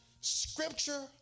Scripture